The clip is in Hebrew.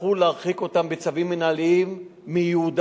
יצטרכו להרחיק אותם בצווים מינהליים מיהודה